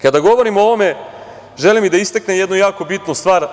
Kada govorim o ovome, želim i da istaknem jednu jako bitnu stvar.